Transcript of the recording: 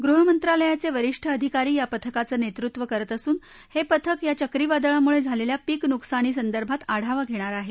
गृह मंत्रालयाचे वरिष्ठ अधिकारी या पथकाचं नेतृत्व करत असून हे पथक या चक्रीवादळामुळे झालेल्या पीक नुकसानी संदर्भात आढावा घेणार आहे